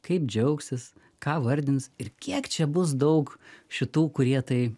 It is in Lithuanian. kaip džiaugsis ką vardins ir kiek čia bus daug šitų kurie tai